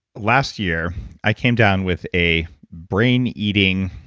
last year i came down with a brain eating